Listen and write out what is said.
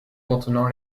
contenant